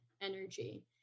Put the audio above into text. energy